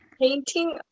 painting